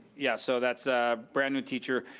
yeah, so that's a brand new teacher.